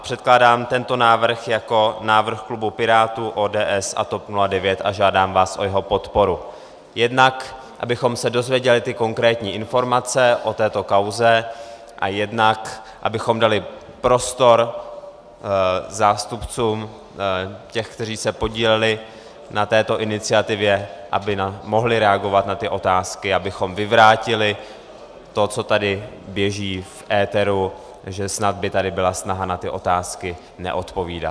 Předkládám tento návrh jako návrh klubu Pirátů, ODS a TOP 09 a žádám vás o jeho podporu, jednak abychom se dozvěděli konkrétní informace o této kauze, jednak abychom dali prostor zástupcům těch, kteří se podíleli na této iniciativě, aby mohli reagovat na tyto otázky, abychom vyvrátili to, co tady běží v éteru, že snad by tady byla snaha na ty otázky neodpovídat.